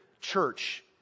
church